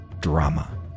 drama